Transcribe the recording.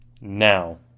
Now